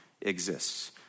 exists